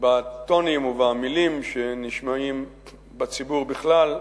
בטונים ובמלים שנשמעים בציבור בכלל,